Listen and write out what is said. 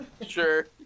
Sure